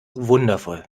wundervoll